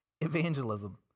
evangelism